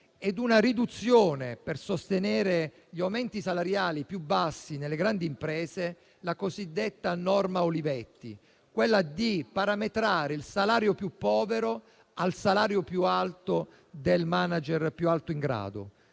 e una riduzione per sostenere gli aumenti salariali più bassi nelle grandi imprese, la cosiddetta norma Olivetti, volta a parametrare il salario più povero al salario del *manager* più alto in grado,